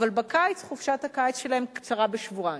אבל חופשת הקיץ שלהן קצרה בשבועיים.